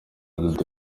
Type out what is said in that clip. dudu